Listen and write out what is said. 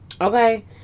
okay